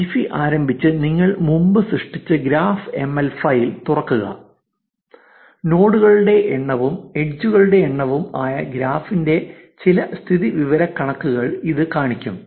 Gephi ആരംഭിച്ച് നിങ്ങൾ മുമ്പ് സൃഷ്ടിച്ച ഗ്രാഫ് എം എൽ ഫയൽ തുറക്കുക നോഡുകളുടെ എണ്ണവും എഡ്ജ് കളുടെ എണ്ണവും ആയ ഗ്രാഫിന്റെ ചില സ്ഥിതിവിവരക്കണക്കുകൾ ഇത് കാണിക്കും